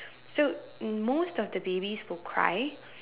so in most of the babies will cry